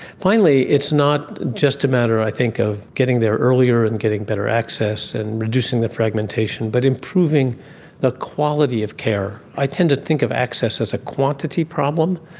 finally, it's not just a matter i think of getting there earlier and getting better access and reducing the fragmentation but improving improving the quality of care. i tend to think of access as a quantity problem.